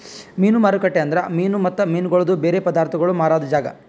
ಮೀನು ಮಾರುಕಟ್ಟೆ ಅಂದುರ್ ಮೀನು ಮತ್ತ ಮೀನಗೊಳ್ದು ಬೇರೆ ಪದಾರ್ಥಗೋಳ್ ಮಾರಾದ್ ಜಾಗ